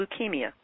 leukemia